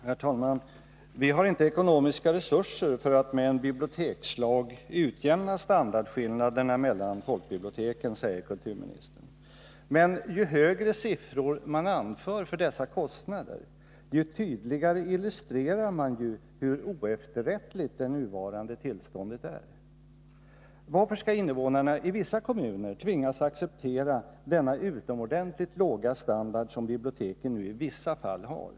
Herr talman! Vi har inte tillräckliga ekonomiska resurser för att med en — Tisdagen den bibliotekslag kunna utjämna standardskillnaderna mellan folkbiblioteken, 21 april 1981 säger kulturministern. Men ju högre siffror man anför för dessa kostnader, desto tydligare illustrerar man hur oefterrättligt det nuvarande tillståndet är. Varför skall invånarna i vissa kommuner tvingas att acceptera den utomordentligt låga standard som biblioteken i en del fall nu har?